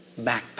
backpack